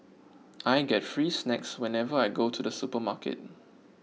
I get free snacks whenever I go to the supermarket